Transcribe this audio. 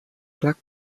clark